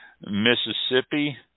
Mississippi